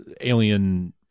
alien